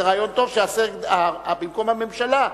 זה רעיון טוב שבמקום הממשלה,